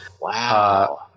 wow